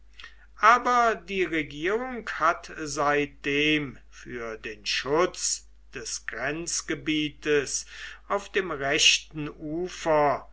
aber die regierung hat seitdem für den schutz des grenzgebietes auf dem rechten ufer